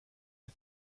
eux